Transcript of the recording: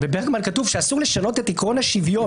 בברגמן כתוב שאסור לשנות את עיקרון השוויון.